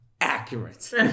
Accurate